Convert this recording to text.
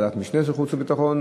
בוועדת משנה של חוץ וביטחון,